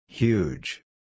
Huge